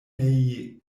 nei